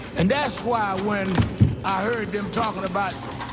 and that's why when i heard them talking about,